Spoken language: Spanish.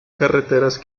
carreteras